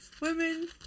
women